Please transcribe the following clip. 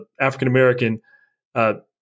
African-American